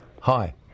Hi